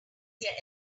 their